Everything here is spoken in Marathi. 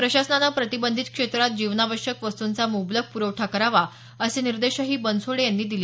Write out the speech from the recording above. प्रशासनानं प्रतिबंधित क्षेत्रात जीवनावश्यक वस्तूंचा मुबलक पुरवठा करावा असे निर्देशही बनसोडे यांनी दिले